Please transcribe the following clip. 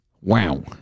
Wow